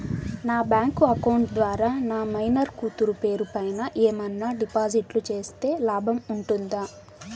నా bank account ద్వారా నా మైనర్ కూతురు పేరు పైన ఏమన్నా డిపాజిట్లు సేస్తే లాభం ఉంటుందా?